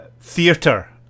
theatre